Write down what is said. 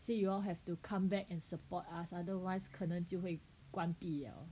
say you all have to come back and support us otherwise 可能就会关闭了